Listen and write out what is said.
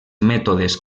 mètodes